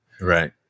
right